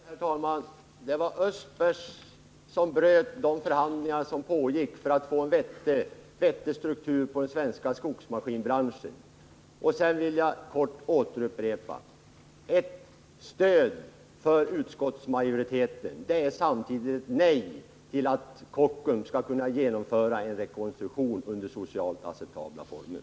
Herr talman! Helt kort: Det var Östbergs som bröt de förhandlingar som pågick och där det gällde att få en vettig struktur på den svenska skogsmaskinbranschen. Sedan vill jag upprepa att ett stöd för utskottsmajoriteten samtidigt är ett nej till att Kockums skall kunna genomföra en rekonstruktion under socialt acceptabla former.